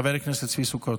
חבר הכנסת צבי סוכות.